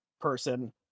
person